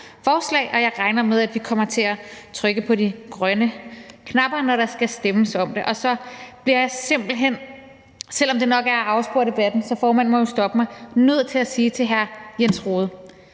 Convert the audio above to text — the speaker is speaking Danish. jeg regner med, at vi kommer til at trykke på de grønne knapper, når der skal stemmes om det. Så bliver jeg simpelt hen, selv om det nok er at afspore debatten – så formanden må jo stoppe mig – nødt til at sige til hr. Jens Rohde: